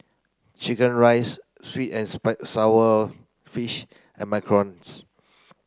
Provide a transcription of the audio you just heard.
chicken rice sweet and sour fish and Macarons